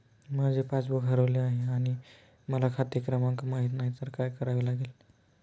माझे पासबूक हरवले आहे आणि मला खाते क्रमांक माहित नाही तर काय करावे लागेल?